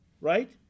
right